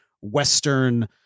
Western